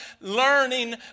learning